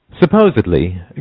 Supposedly